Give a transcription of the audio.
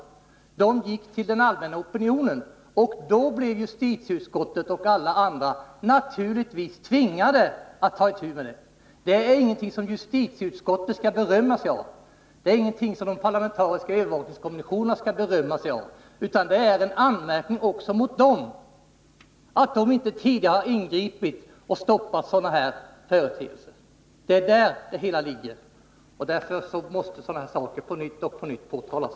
De gick med sina avslöjanden till den allmänna opinionen, och då blev justitieutskottet och alla andra naturligtvis tvingade att ta itu med dem. Det är ingenting som justitieutskottet skall berömma sig av, det är ingenting som de parlamentariska övervakningskommissionerna skall berömma sig av. Tvärtom innebär avslöjandena en anmärkning också mot dem för att de inte tidigare har ingripit och stoppat sådana företeelser. Därför måste sådana här händelser ständigt påtalas.